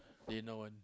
they know one